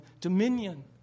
dominion